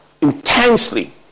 intensely